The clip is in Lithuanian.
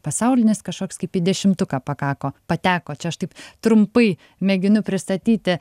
pasaulinis kažkoks kaip į dešimtuką pakako pateko čia aš taip trumpai mėginu pristatyti